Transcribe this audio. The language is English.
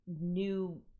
new